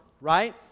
right